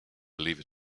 believe